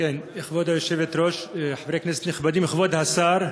כבוד היושבת-ראש, חברי כנסת נכבדים, כבוד השר,